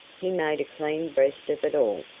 he made a clean breast of it all.